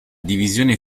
divisione